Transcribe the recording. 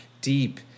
deep